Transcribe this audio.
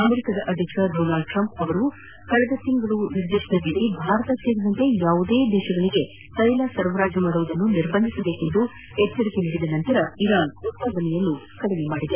ಅಮೆರಿಕಾದ ಅಧ್ಯಕ್ಷ ಡೊನಾಲ್ಡ್ಟ್ರಂಪ್ ಅವರು ಕಳೆದ ತಿಂಗಳು ನಿರ್ದೇಶನ ನೀದಿ ಭಾರತ ಸೇರಿದಂತೆ ಯಾವುದೇ ರಾಷ್ಟ್ರಗಳಿಗೆ ತೈಲ ಸರಬರಾಜು ಮಾಡುವುದನ್ನು ನಿರ್ಭಂಧಿಸಬೇಕೆಂದು ಎಚ್ಚರಿಕೆ ನೀಡಿದ ನಂತರ ಇರಾನ್ ಉತ್ಪಾದನೆಯನ್ನು ಕುಂಠಿತಗೊಳಿಸಿದೆ